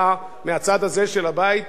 ידידי חבר הכנסת דני דנון,